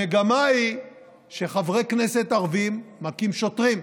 המגמה היא שחברי כנסת ערבים מכים שוטרים,